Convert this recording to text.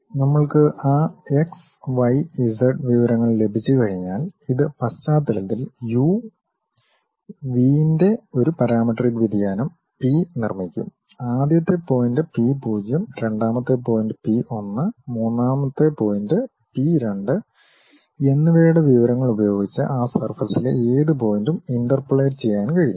നമ്മൾക്ക് ആ X Y Z വിവരങ്ങൾ ലഭിച്ചുകഴിഞ്ഞാൽ ഇത് പശ്ചാത്തലത്തിൽ യു വി ന്റെ ഒരു പാരാമെട്രിക് വ്യതിയാനം പി നിർമ്മിക്കും ആദ്യത്തെ പോയിന്റ് പി 0 രണ്ടാമത്തെ പോയിന്റ് പി 1 മൂന്നാം പോയിന്റ് പി 2 എന്നിവയുടെ വിവരങ്ങൾ ഉപയോഗിച്ച് ആ സർഫസിലെ ഏത് പോയിന്റും ഇന്റർപോളേറ്റ് ചെയ്യാൻ കഴിയും